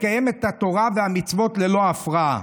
לקיים את התורה והמצוות ללא הפרעה.